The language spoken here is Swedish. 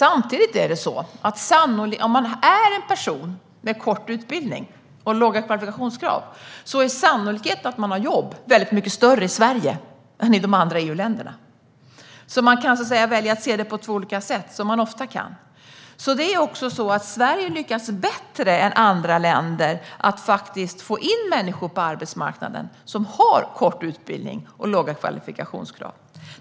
För en person med kort utbildning och låga kvalifikationer är sannolikheten för att personen har jobb väldigt mycket större i Sverige än i de andra EU-länderna. Man kan välja att se det på två olika sätt, som man så ofta kan. Sverige lyckas alltså bättre än andra länder med att få in människor med kort utbildning och låga kvalifikationer på arbetsmarknaden.